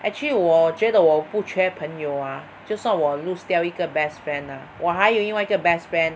actually 我觉得我不缺朋友 ah 就算我 lose 掉一个 best friend ah 我还有另外一个 best friend